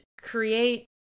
create